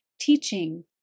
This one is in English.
teaching